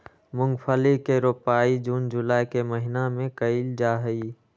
मूंगफली के रोपाई जून जुलाई के महीना में कइल जाहई